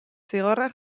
zigorra